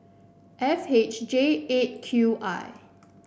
F H J Eight Q I